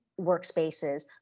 workspaces